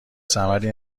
ثمری